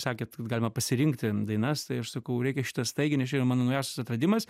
sakėt kad galima pasirinkti dainas tai aš sakau reikia šitą staigiai nes čia yra mano naujasis atradimas